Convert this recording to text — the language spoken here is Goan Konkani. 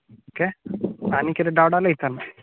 ओके आनी कितें डाउट आसल्यार विचार मागीर